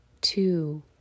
two